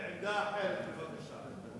עמדה אחרת, חבר הכנסת דוד אזולאי, בבקשה.